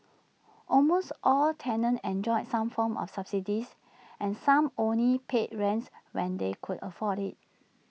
almost all tenants enjoyed some form of subsidy and some only paid rents when they could afford IT